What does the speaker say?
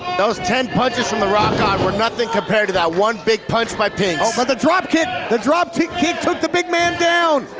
those ten punches from the rock god were nothing compared to that one big punch by pinx. oh but the dropkick! the dropkick took the big man down!